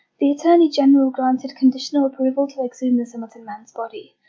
the attorney general granted conditional approval to exhume the somerton man's body,